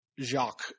Jacques